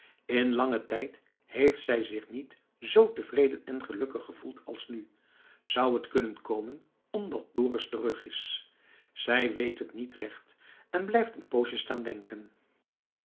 in langen tijd heeft zij zich niet zoo tevreden en gelukkig gevoeld als nu zou t kunnen komen omdat dorus terug is zij weet het niet recht en blijft een poosje staan denken